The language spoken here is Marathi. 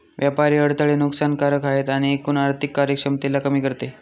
व्यापारी अडथळे नुकसान कारक आहे आणि एकूण आर्थिक कार्यक्षमतेला कमी करते